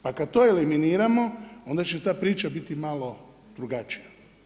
Pa kad to eliminiramo, onda će ta priča biti malo drugačija.